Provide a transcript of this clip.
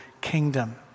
kingdom